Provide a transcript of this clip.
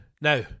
Now